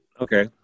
Okay